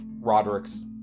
Roderick's